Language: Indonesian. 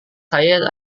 saya